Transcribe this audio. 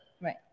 right